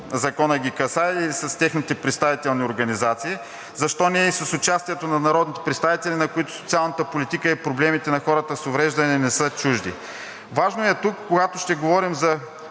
Законът ги касае, и с техните представителни организации, защо не и с участието на народните представители, на които социалната политика и проблемите на хората с увреждания не са чужди. Важно е тук, когато ще говорим за